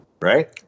Right